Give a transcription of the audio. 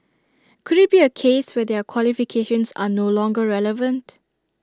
could IT be A case where their qualifications are no longer relevant